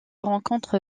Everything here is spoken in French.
rencontre